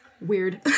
weird